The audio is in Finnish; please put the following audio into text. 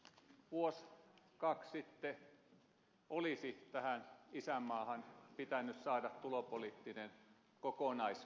vuosi kaksi sitten olisi tähän isänmaahan pitänyt saada tulopoliittinen kokonaisratkaisu